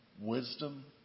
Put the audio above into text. wisdom